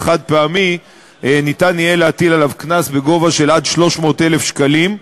חד-פעמי יהיה אפשר להטיל עליו קנס עד 300,000 ש"ח,